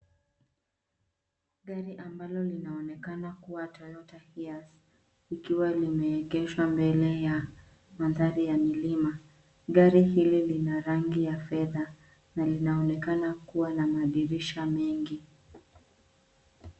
Gari ambalo linaonekana kuwa cs[Toyota Hiace]cs ikiwa limeegeshwa mbele ya mandhari ya milima. Gari hili lina rangi ya fedha na linaonekana kuwa na dirisha mengi.